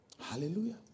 Hallelujah